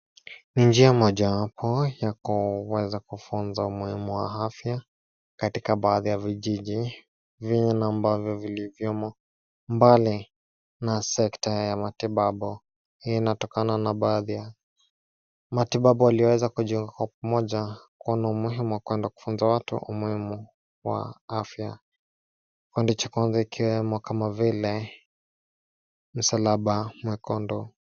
Njia mojawapo ya kuweza kufundisha uwema wa afya katika baadhi ya vijiji vile viliyo mbali na sekta ya matibabu. Hii inatokana na baadhi. Matibabu waliyoweza kutoa moja kwa moja na kufunza watu umuhimu wa afya. Yakiwemo miongoni kundi la msalaba mwekundu.